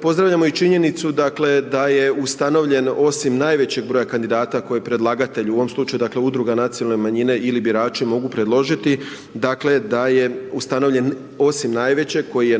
Pozdravljamo i činjenicu, dakle, da je ustanovljen, osim najvećeg broja kandidata, koji predlagatelju u ovom slučaju udruga nacionalne manjine ili birači mogu predložiti da je ustanovljen, osim najvećeg koji je